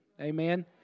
Amen